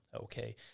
okay